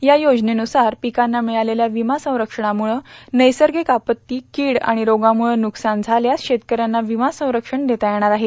या योजनेन्न्सार पिकांना मिळालेल्या विमा संरक्षणाम्रळं नैसर्गिक आपत्ती कीड आणि रोगामुळं बुकसान झाल्यास शेतकऱ्यांना विमा संरक्षण देता येणार आहे